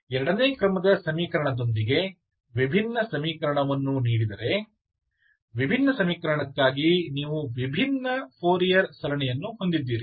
ಎರಡನೇ ಕ್ರಮದ ಸಮೀಕರಣದೊಂದಿಗೆ ವಿಭಿನ್ನ ಸಮೀಕರಣವನ್ನು ನೀಡಿದರೆ ವಿಭಿನ್ನ ಸಮೀಕರಣಕ್ಕಾಗಿ ನೀವು ವಿಭಿನ್ನ ಫೋರಿಯರ್ ಸರಣಿಯನ್ನು ಹೊಂದಿದ್ದೀರಿ